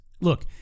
Look